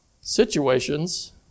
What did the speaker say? situations